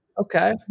Okay